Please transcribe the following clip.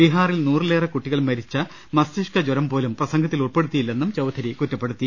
ബീഹാറിൽ നൂറി ലേറെ കുട്ടികൾ മരിച്ച മസ്തിഷ്ക ജൂരം പോലും പ്രസംഗ ത്തിൽ ഉൾപെടുത്തിയില്ലെന്നും ചൌധരി കുറ്റപ്പെടുത്തി